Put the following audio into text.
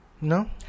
No